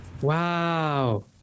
Wow